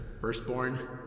firstborn